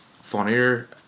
funnier